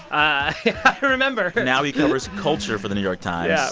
i remember now he covers culture for the new york times yeah,